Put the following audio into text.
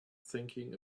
thinking